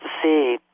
see